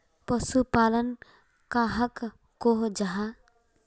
पशुपालन कहाक को जाहा?